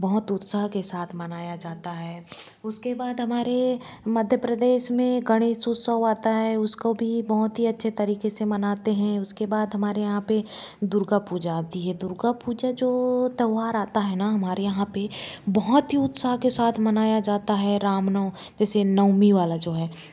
बहुत उत्साह के साथ मनाया जाता है उसके बाद हमारे मध्य प्रदेश में गणेश उत्सव आता है उसको भी बहुत ही अच्छे तरीके से मनाते हैं उसके बाद हमारे यहाँ पे दुर्गा पूजा आती है दुर्गा पूजा जो त्यौहार आता है ना हमारे यहाँ पे बहुत ही उत्साह के साथ मनाया जाता है रामनवमी जैसे नवमी वाला जो है